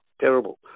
terrible